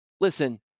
listen